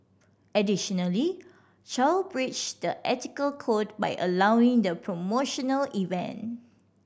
additionally Chow breached the ethical code by allowing the promotional event